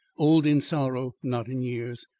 old in sorrow not in years.